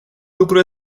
lucru